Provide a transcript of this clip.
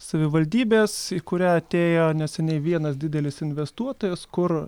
savivaldybės į kurią atėjo neseniai vienas didelis investuotojas kur